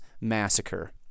massacre